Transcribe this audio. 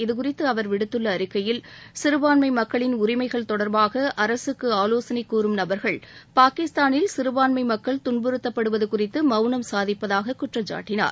இதுகுறித்து அவர் விடுத்துள்ள ஒரு அறிக்கையில் சிறுபான்மை மக்களின் உரிமைகள் தொடர்பாக அரசுக்கு ஆலோசனை கூறும் நபர்கள் பாகிஸ்தானில் சிறுபான்மை மக்கள் துன்புறுத்தப்படுவது குறித்து மவுனம் சாதிப்பதாக குற்றம் சாட்டினார்